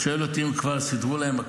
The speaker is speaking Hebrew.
היושב-ראש, הוא אומר שמשרד השיכון עובד טוב.